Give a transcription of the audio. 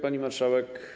Pani Marszałek!